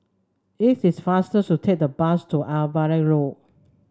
it is faster to take the bus to Avery Lodge